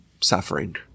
suffering